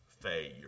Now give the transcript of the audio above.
failure